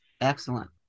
Excellent